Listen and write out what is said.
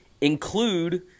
include